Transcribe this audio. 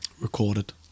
recorded